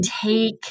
take